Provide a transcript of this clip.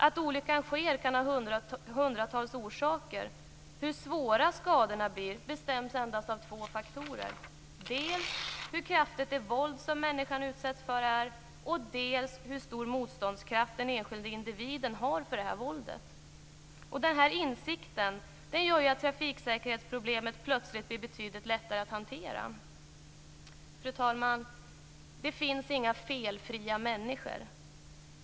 Att olyckan sker kan ha hundratals orsaker. Hur svåra skadorna blir bestäms endast av två faktorer: dels hur kraftigt det våld är som människan utsätts för, dels hur stor motståndskraft den enskilde individen har för detta våld. Den här insikten gör att trafiksäkerhetsproblemet plötsligt blir betydligt lättare att hantera. Fru talman! Det finns inga felfria människor.